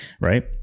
right